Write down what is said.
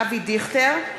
אבי דיכטר,